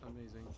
amazing